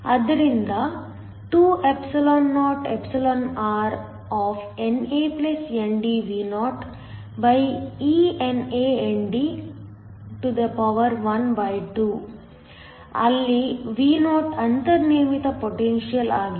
ಆದ್ದರಿಂದ 2orNANDVoeNAND12 ಅಲ್ಲಿ Vo ಅಂತರ್ನಿರ್ಮಿತ ಪೊಟೆನ್ಶಿಯಲ್ ಆಗಿದೆ